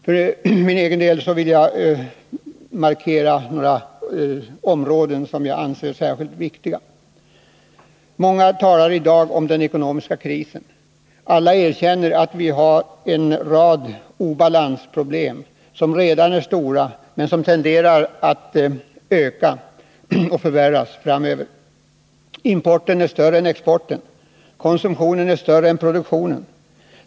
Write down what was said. För min egen del vill jag framhålla några områden, som jag anser särskilt viktiga. Många talar i dag om den ekonomiska krisen. Alla erkänner att vi har en rad obalansproblem, som redan är stora men som tenderar att förvärras framöver. Importen är större än exporten. Konsumtionen är större än produktionen.